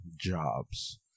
jobs